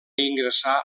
ingressar